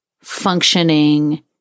functioning